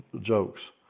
jokes